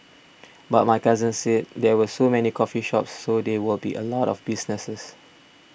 but my cousin said there were so many coffee shops so there would be a lot of businesses